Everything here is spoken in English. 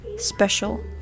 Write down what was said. special